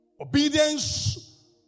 Obedience